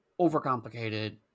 overcomplicated